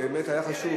נאום על זה,